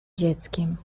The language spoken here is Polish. dzieckiem